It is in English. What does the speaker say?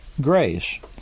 grace